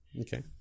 Okay